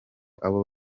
abo